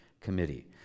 committee